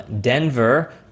Denver